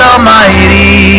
Almighty